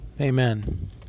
amen